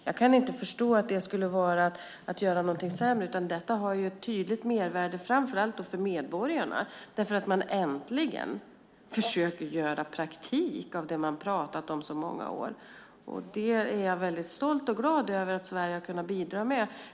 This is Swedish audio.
Jag kan inte förstå att detta skulle vara att göra någonting sämre, utan det har ett tydligt mervärde, framför allt för medborgarna, därför att man äntligen försöker göra praktik av det man har pratat om i så många år. Jag är stolt och glad över att Sverige har kunnat bidra med det.